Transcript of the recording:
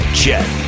jet